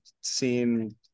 seen